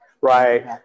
Right